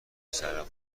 پسر